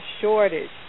shortage